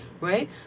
Right